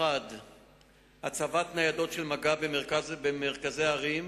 1. הצבת ניידות של מג"ב במרכזי ערים